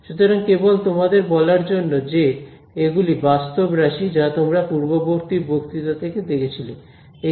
সুতরাং কেবল তোমাদের বলার জন্য যে এগুলি বাস্তব রাশি যা তোমরা পূর্ববর্তী বক্তৃতা থেকে দেখেছিলে